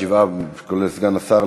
שבעה כולל סגן השר,